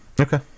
okay